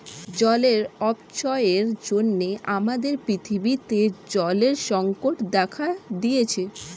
জলের অপচয়ের জন্য আমাদের পৃথিবীতে জলের সংকট দেখা দিয়েছে